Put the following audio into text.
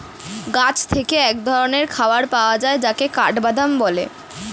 গাছ থেকে এক ধরনের খাবার পাওয়া যায় যেটাকে কাঠবাদাম বলে